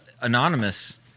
anonymous